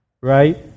Right